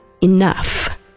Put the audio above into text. enough